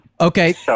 Okay